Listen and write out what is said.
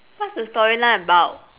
what's the storyline about